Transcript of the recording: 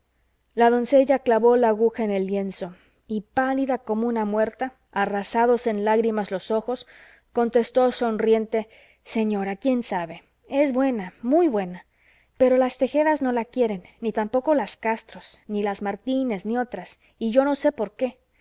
la doncella clavó la aguja en el lienzo y pálida como una muerta arrasados en lágrimas los ojos contestó sonriente señora quién sabe es buena muy buena pero las tejedas no la quieren ni tampoco las castros ni las martínez ni otras y yo no sé por qué